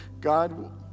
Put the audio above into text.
God